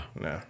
no